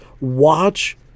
watch